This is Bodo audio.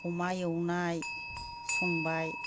अमा एवनाय संबाय